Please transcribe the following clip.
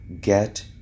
get